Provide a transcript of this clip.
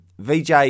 VJ